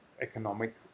economic